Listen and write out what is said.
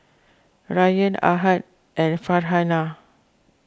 Rayyan Ahad and Farhanah